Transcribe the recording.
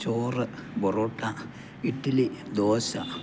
ചോറ് ബൊറോട്ട ഇഡലി ദോശ